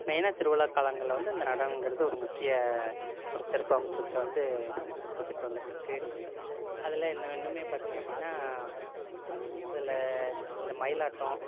மெயினாக திருவிழா காலங்களில் வந்து இந்த நடனங்கிறது ஒரு முக்கிய ஒரு சிறப்பு அம்சத்தை வந்து கொடுத்துட்டு வந்துட்டுருக்கு அதலாம் இன்னமும் பார்த்திங்க அப்படின்னா இதில் இந்த மயிலாட்டம்